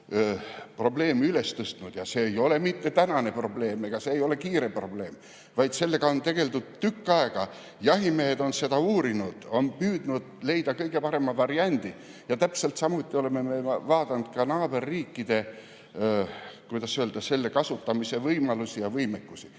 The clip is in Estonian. öösihikuprobleemi üles tõstnud. See ei ole mitte tänane probleem, see ei ole kiiresti käsitletav probleem, sellega on tegeldud tükk aega. Jahimehed on seda uurinud, on püüdnud leida kõige parema variandi. Täpselt samuti oleme me vaadanud ka naaberriikides, kuidas öelda, selle kasutamise võimalusi ja võimekust.